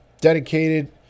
dedicated